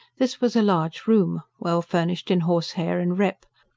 this was a large room, well furnished in horsehair and rep.